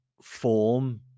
form